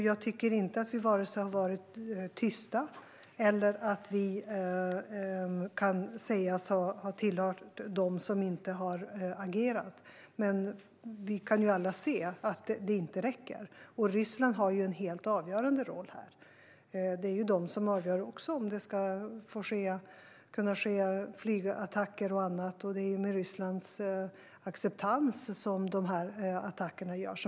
Jag tycker inte att vi vare sig har varit tysta eller kan sägas ha tillhört dem som inte har agerat. Men vi kan alla se att det inte räcker. Ryssland har en helt avgörande roll. Det är också de som avgör om det ska kunna ske flygattacker och annat, och det är med Rysslands acceptans som dessa attacker görs.